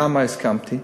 למה הסכמתי?